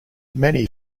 many